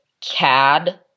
CAD